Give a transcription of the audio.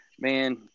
Man